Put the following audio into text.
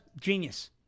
genius